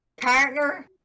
partner